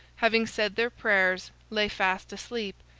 having said their prayers, lay fast asleep,